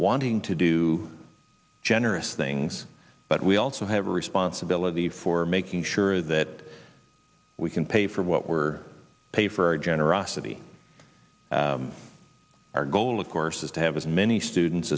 wanting to do generous things but we also have a responsibility for making sure that we can pay for what we're pay for our generosity our goal of course is to have as many students